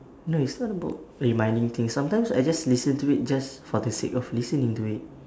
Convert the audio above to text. no it's not about reminding things sometimes I just listen to it just for the sake of listening to it